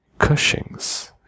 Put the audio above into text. cushings